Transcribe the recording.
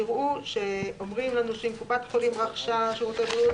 תראו שאומרים לנו שאם קופת חולים רכש שירותי הבריאות,